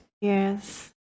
yes